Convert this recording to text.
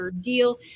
deal